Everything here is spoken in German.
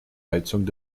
heizung